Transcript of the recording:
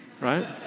right